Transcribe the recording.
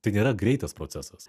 tai nėra greitas procesas